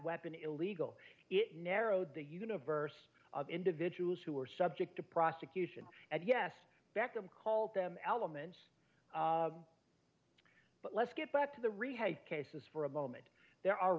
weapon illegal it narrowed the universe of individuals who are subject to prosecution and yes beck and call them elements but let's get back to the rehab cases for a moment there are